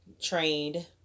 trained